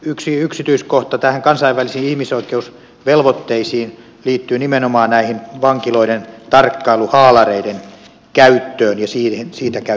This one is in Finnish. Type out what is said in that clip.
yksi yksityiskohta näissä kansainvälisissä ihmisoikeusvelvoitteissa liittyy nimenomaan vankiloiden tarkkailuhaalareiden käyttöön ja siitä käytyyn keskusteluun